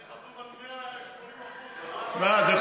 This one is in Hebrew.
אני חתום על 180%, על מה אתה מדבר?